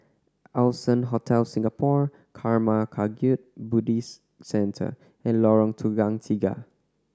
Allson Hotel Singapore Karma Kagyud Buddhist Centre and Lorong Tukang Tiga